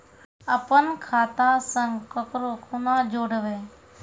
अपन खाता संग ककरो कूना जोडवै?